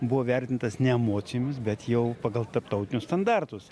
buvo vertintas ne emocijomis bet jau pagal tarptautinius standartus